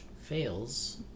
fails